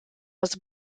was